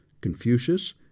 Confucius